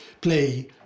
play